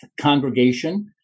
congregation